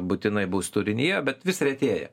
būtinai bus turinyje bet vis retėja